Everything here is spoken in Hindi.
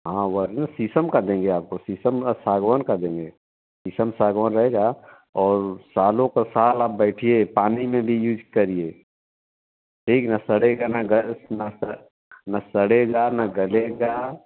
हाँ शीशम का देंगे आपको शीशम का सागवन का देंगे शीशम सागवन रहेगा और सालों क साल आप बैठिए पानी में भी यूज़ करिए ठीक न सड़ेगा न गल न स न सड़ेगा न गलेगा